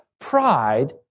pride